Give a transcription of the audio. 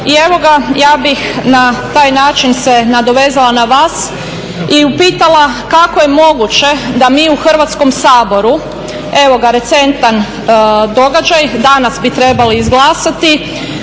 spolova. Ja bih na taj način se nadovezala na vas i upitala kako je moguće da mi u Hrvatskom saboru, evo recentan događaj, danas bi trebali izglasati